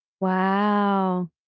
Wow